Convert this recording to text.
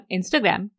Instagram